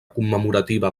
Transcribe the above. commemorativa